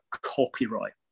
copyright